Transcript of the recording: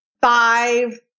five